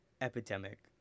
epidemic